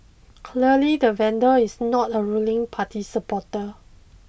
clearly the vandal is not a ruling party supporter